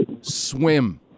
Swim